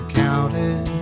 counted